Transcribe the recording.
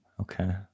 Okay